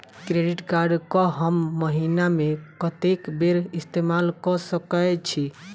Credit card कऽ हम महीना मे कत्तेक बेर इस्तेमाल कऽ सकय छी?